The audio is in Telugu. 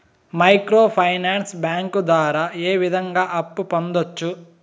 మైక్రో ఫైనాన్స్ బ్యాంకు ద్వారా ఏ విధంగా అప్పు పొందొచ్చు